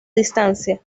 distancia